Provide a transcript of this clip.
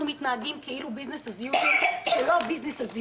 מתנהגים כאילו business as usual כאשר לא business as usual?